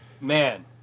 man